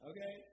Okay